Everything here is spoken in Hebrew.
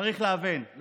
צריך להבין: